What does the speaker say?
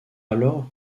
alors